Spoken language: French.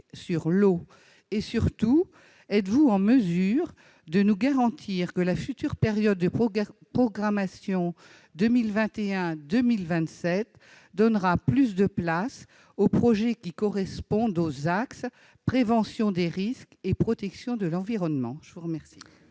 sur l'eau ? Surtout, êtes-vous en mesure de nous garantir que la future période de programmation 2021-2027 donnera plus de place aux projets qui correspondent aux axes de prévention des risques et de protection de l'environnement ? La parole